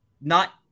not-